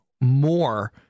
more